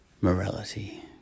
morality